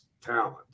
talent